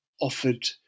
offered